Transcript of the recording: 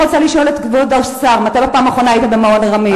אני רוצה לשאול את כבוד השר: מתי בפעם האחרונה היית במעון "רמים"?